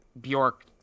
Bjork